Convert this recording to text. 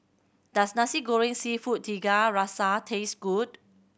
does Nasi Goreng Seafood Tiga Rasa taste good